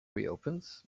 reopens